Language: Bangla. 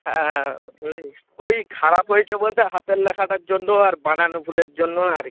হ্যাঁ হ্যাঁ ওই খারাপ হয়েছে বলতে হাতের লেখাটার জন্য আর বানান ভুলের জন্য আর কি